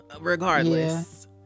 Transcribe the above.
regardless